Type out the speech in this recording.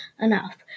enough